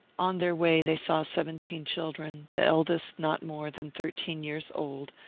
on their way they saw seventeen children, the eldest not more than thirteen years old,